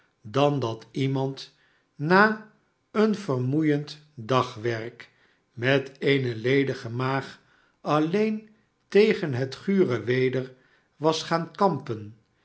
dan dat iemand na een vermoeiend dagwerk met eene ledige maag alleen tegen het gure weder was gaan kampen